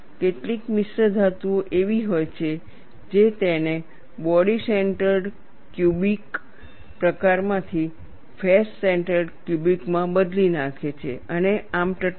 કેટલીક મિશ્રધાતુઓ એવી હોય છે જે તેને બોડી સેન્ટર્ડ ક્યુબિક પ્રકારમાંથી ફેસ સેન્ટર્ડ ક્યુબિક માં બદલી નાખે છે અને આમ ટટ્ટાર થાય છે